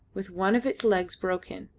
with one of its legs broken,